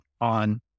on